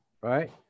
Right